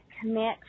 commit